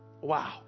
wow